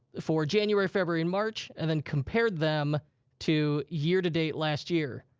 for january, february, and march, and then compared them to year-to-date last year.